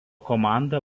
komanda